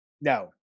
No